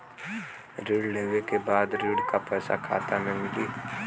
ऋण लेवे के बाद ऋण का पैसा खाता में मिली?